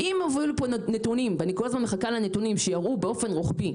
לא שאותו מונופול ימשיך לשלוח זרועות של חברות בת,